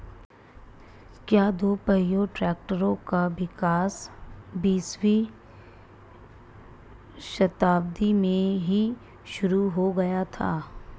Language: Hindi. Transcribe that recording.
क्या दोपहिया ट्रैक्टरों का विकास बीसवीं शताब्दी में ही शुरु हो गया था?